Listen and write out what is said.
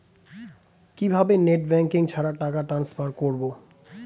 কিভাবে net banking ছাড়া টাকা টান্সফার করব?